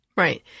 Right